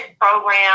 program